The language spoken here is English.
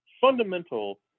fundamental